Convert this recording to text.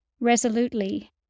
resolutely